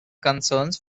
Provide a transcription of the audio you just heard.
concerns